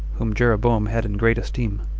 whom jeroboam had in great esteem,